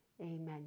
Amen